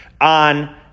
on